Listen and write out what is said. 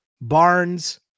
Barnes